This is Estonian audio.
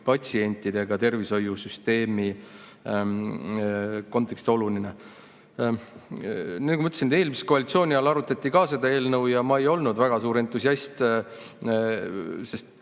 patsientide ega tervishoiusüsteemi kontekstis oluline. Nagu ma ütlesin, eelmise koalitsiooni ajal arutati ka seda eelnõu ja ma ei olnud väga suur entusiast.